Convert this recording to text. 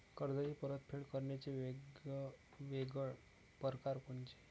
कर्जाची परतफेड करण्याचे वेगवेगळ परकार कोनचे?